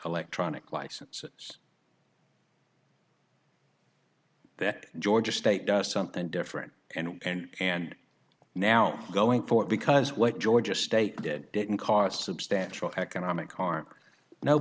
electronic licenses that georgia state does something different and and now going for it because what georgia state did didn't cause substantial economic harm no